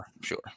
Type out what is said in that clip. sure